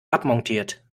abmontiert